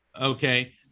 Okay